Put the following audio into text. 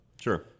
Sure